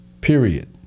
period